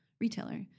retailer